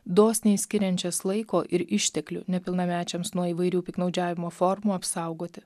dosniai skiriančias laiko ir išteklių nepilnamečiams nuo įvairių piktnaudžiavimo formų apsaugoti